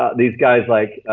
these guys like,